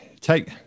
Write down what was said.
take –